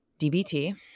DBT